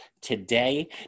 today